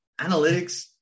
analytics